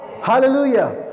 Hallelujah